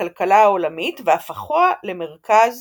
בכלכלה העולמית והפכוה למרכז